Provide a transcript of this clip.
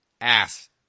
ass